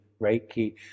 Reiki